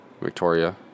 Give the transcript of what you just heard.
Victoria